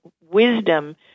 wisdom